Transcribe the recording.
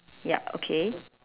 ya okay